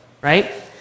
right